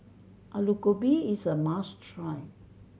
Alu Gobi is a must try